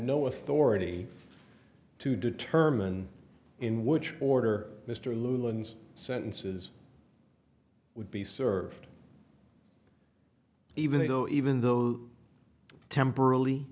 no authority to determine in which order mr lewin's sentences would be served even though even though temporarily